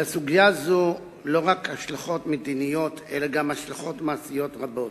לסוגיה זו לא רק השלכות מדיניות אלא גם השלכות מעשיות רבות.